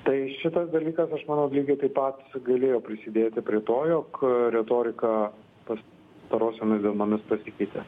tai šitas dalykas aš manau lygiai taip pat galėjo prisidėti prie to jog retorika pastarosiomis dienomis pasikeitė